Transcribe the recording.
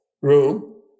room